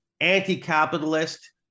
anti-capitalist